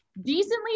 decently